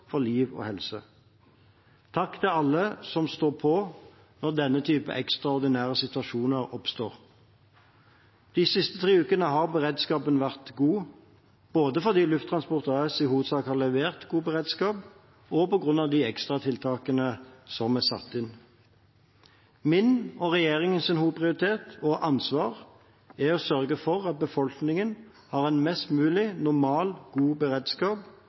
for liv og helse. Takk til alle som står på når denne type ekstraordinære situasjoner oppstår. De siste tre ukene har beredskapen vært god, både fordi Lufttransport AS i hovedsak har levert god beredskap, og på grunn av de ekstratiltakene som er satt inn. Min og regjeringens hovedprioritet og ansvar er å sørge for at befolkningen har en mest mulig normal, god beredskap